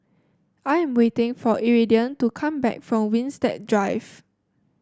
I am waiting for Iridian to come back from Winstedt Drive